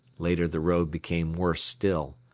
later the road became worse still.